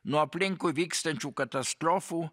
nuo aplinkui vykstančių katastrofų